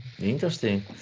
Interesting